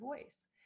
voice